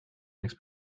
makes